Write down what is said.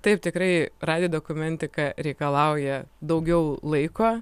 taip tikrai radijo dokumentika reikalauja daugiau laiko